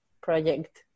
project